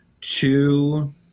two